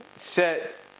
set